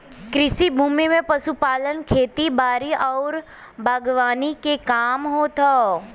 कृषि भूमि में पशुपालन, खेती बारी आउर बागवानी के काम होत हौ